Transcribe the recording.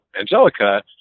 Angelica